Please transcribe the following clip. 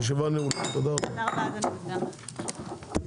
הישיבה ננעלה בשעה 13:35.